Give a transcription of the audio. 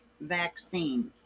vaccine